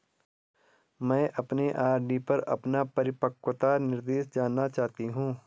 मैं अपने आर.डी पर अपना परिपक्वता निर्देश जानना चाहती हूँ